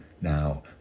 now